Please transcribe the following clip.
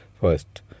first